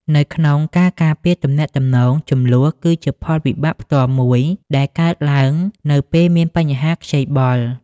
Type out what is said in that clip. នៅក្នុងការការពារទំនាក់ទំនង ជម្លោះគឺជាផលវិបាកផ្ទាល់មួយដែលកើតឡើងនៅពេលមានបញ្ហាខ្ចីបុល។